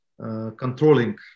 controlling